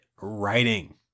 writing